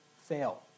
fail